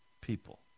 people